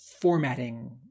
formatting